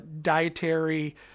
dietary